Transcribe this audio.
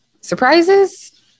surprises